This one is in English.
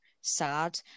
sad